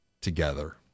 together